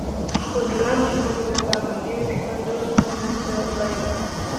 chuliganai yra chuliganai jie į šalis nesidairo